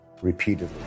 repeatedly